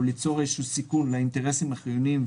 ליצור איזשהו סיכון לאינטרסים החיוניים,